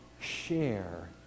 share